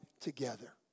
together